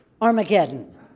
Armageddon